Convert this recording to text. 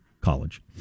College